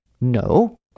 No